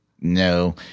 No